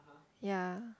ya